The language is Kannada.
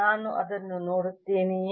ನಾನು ಅದನ್ನು ನೋಡುತ್ತೇನೆಯೇ